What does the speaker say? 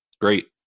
Great